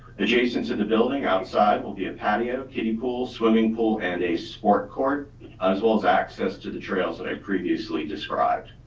adjacent to the building outside will be a patio, kiddie pool, swimming pool and a sport court as well as access to the trails that i previously described.